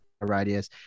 radius